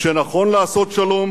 שנכון לעשות שלום